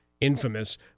infamous